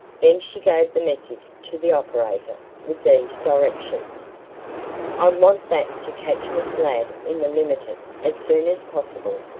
then she gave the message to the operator with these directions i want that to catch miss ladd in the limited as soon as possible.